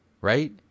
right